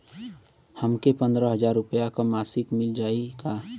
हमके पन्द्रह हजार रूपया क मासिक मिल जाई का?